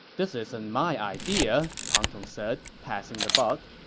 this isn't my idea, pang tong said, passing the buck.